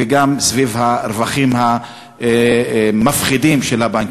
וגם סביב הרווחים המפחידים של הבנקים.